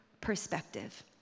perspective